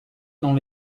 dans